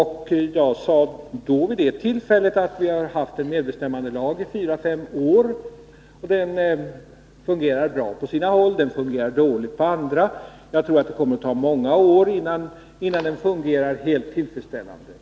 Jag sade vid det tillfället att vi har haft en medbestämmandelag i fyra fem år som fungerar bra på en del håll och dåligt på andra håll. Jag tror att det kommer att ta många år innan den fungerar helt tillfredsställande.